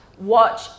watch